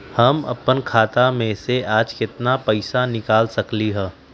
हम अपन खाता में से आज केतना पैसा निकाल सकलि ह?